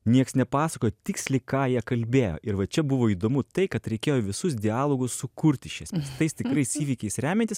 nieks nepasakojo tiksliai ką jie kalbėjo ir va čia buvo įdomu tai kad reikėjo visus dialogus sukurti iš esmės tais tikrais įvykiais remiantis